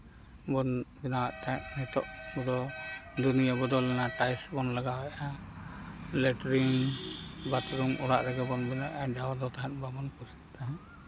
ᱵᱚᱱ ᱵᱮᱱᱟᱣᱮᱜ ᱛᱟᱦᱮᱸᱫ ᱱᱤᱛᱚᱜ ᱫᱚ ᱫᱩᱱᱤᱭᱟᱹ ᱵᱚᱫᱚᱞᱱᱟ ᱴᱟᱭᱤᱞᱥ ᱵᱚᱱ ᱞᱟᱜᱟᱣᱮᱜᱼᱟ ᱞᱮᱴᱨᱤᱝ ᱵᱟᱛᱷᱨᱩᱢ ᱚᱲᱟᱜ ᱨᱮᱜᱮ ᱵᱚᱱ ᱵᱮᱱᱣᱮᱜᱼᱟ ᱡᱟᱦᱟᱸ ᱫᱚ ᱛᱟᱦᱮᱱ ᱵᱟᱵᱚᱱ ᱠᱩᱥᱤᱜ ᱛᱟᱦᱮᱱ